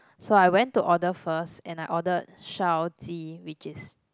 so I went to order first and I order 烧鸡 which is